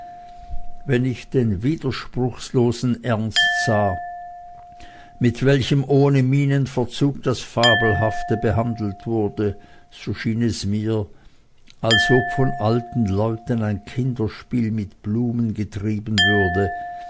wenn ich den widerspruchlosen ernst sah mit welchem ohne mienenverzug das fabelhafte behandelt wurde so schien es mir als ob von alten leuten ein kinderspiel mit blumen getrieben würde